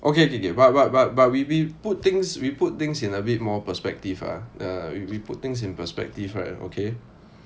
okay okay okay but but but but we we put things we put things in a bit more perspective ah err if we put things in perspective right okay